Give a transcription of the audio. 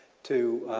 to